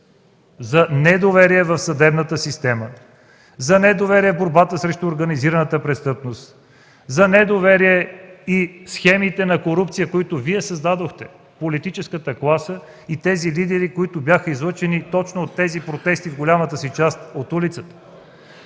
– недоверие в съдебната система, недоверие в борбата срещу организираната престъпност, недоверие заради схемите на корупция, които Вие създадохте – политическата класа и онези лидери, които бяха излъчени точно от тези протести, в голямата си част от улицата.